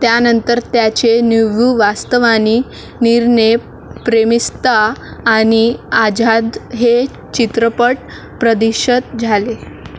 त्यानंतर त्याचे न्यूव्वू वास्तवानी निर्ने प्रेमिस्ता आणि आझाद हे चित्रपट प्रदिशत झाले